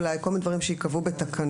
אולי; כל מיני דברים שייקבעו בתקנות.